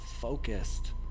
focused